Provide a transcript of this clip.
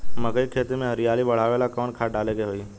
मकई के खेती में हरियाली बढ़ावेला कवन खाद डाले के होई?